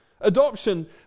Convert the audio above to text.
Adoption